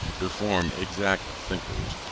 to form exact thinkers,